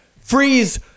freeze